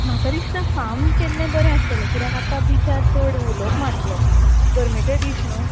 म्हाका दिसता फाम केल्लें बरें आसतलें कित्याक आतां बिचार चड हुलोप मारतलो गरमेचे दीस न्हू